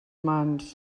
mans